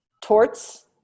Torts